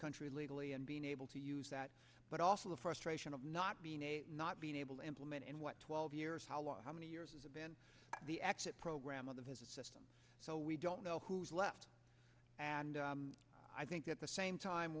country legally and being able to use that but also the frustration of not being not being able to implement and what twelve years how long how many years as a band the exit program of the visit system so we don't know who's left and i think at the same time